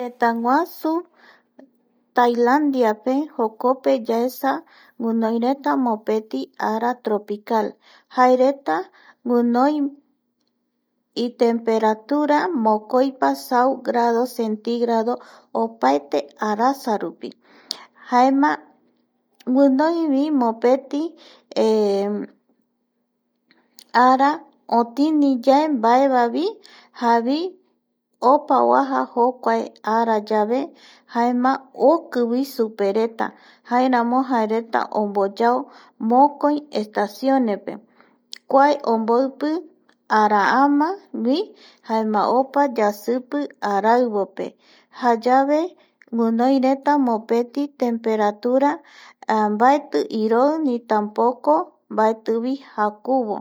Tëtäguasu Tailandiape jokope yaesa guinoireta mopeti ara tropical jaereta guinoi, itemperatua mokoipa sau grado centïgrado opaete arasarupi jaema guinoivi mopeti ara otini yaembaevavi javii opa oaja jokuae arayave jaema okivi superetea jaeramo jaereta omboyao mokoi estaciones pe kua omboipi araamagui jaema opa yasipi araivope jayave guinoireta mopeti temperatura mbaeti iroi ni tampoco mbaetivi jakuvo.